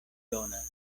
donas